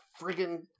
friggin